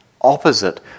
opposite